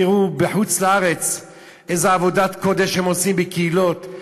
תראו איזו עבודת קודש הם עושים בקהילות בחוץ-לארץ.